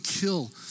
kill